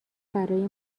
برای